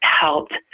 helped